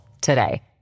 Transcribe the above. today